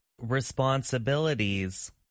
responsibilities